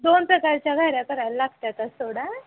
दोन प्रकारच्या घाऱ्या करायला लागतात हो थोडा